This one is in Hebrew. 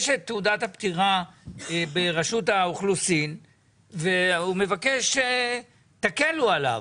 יש את תעודת הפטירה ברשות האוכלוסין והוא מבקש שתקלו עליו,